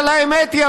אבל האמת היא,